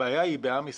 הבעיה היא בעם ישראל.